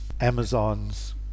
Amazon's